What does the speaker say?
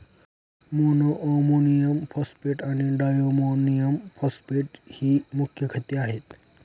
monoammonium phosphate आणि diammonium phosphate ही मुख्य खते आहेत